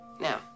Now